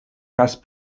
races